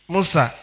Musa